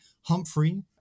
Humphrey